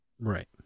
Right